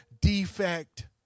defect